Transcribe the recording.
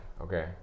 okay